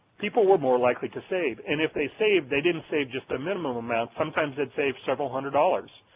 people were more likely to save and if they saved they didn't save just the minimum amount, sometimes they'd save several hundred dollars.